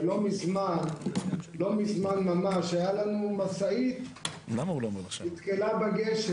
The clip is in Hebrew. ולא מזמן ממש הייתה לנו משאית שנתקעה בגשר